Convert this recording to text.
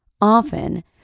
Often